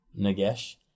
Nagesh